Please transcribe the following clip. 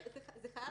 זה חייב להיות כאן.